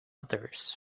others